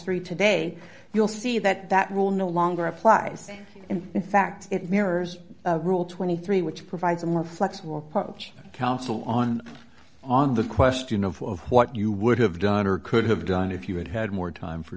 three today you'll see that that rule no longer applies and in fact it mirrors rule twenty three dollars which provides a more flexible approach counsel on on the question of what you would have done or could have done if you had had more time for